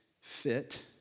fit